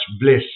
bliss